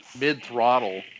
mid-throttle